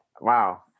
Wow